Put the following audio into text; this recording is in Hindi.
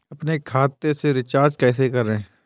अपने खाते से रिचार्ज कैसे करें?